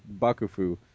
bakufu